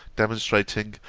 demonstrating,